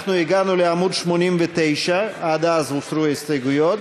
הגענו לעמוד 89, עד אליו הוסרו ההסתייגויות,